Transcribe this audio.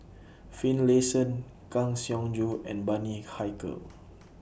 Finlayson Kang Siong Joo and Bani Haykal